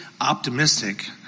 optimistic